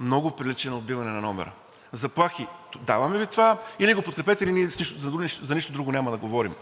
много прилича на отбиване на номера. Заплахи – даваме Ви това, или го подкрепете, или за нищо друго няма да говорим.